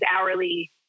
hourly